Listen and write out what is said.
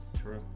true